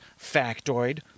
factoid